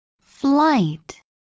flight